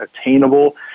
attainable